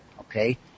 okay